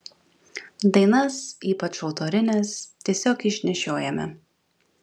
dainas ypač autorines tiesiog išnešiojame